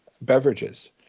beverages